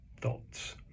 thoughts